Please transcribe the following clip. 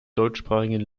deutschsprachigen